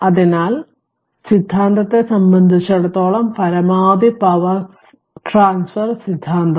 അതിനാൽ സിദ്ധാന്തത്തെ സംബന്ധിച്ചിടത്തോളം പരമാവധി പവർ ട്രാൻസ്ഫർ സിദ്ധാന്തം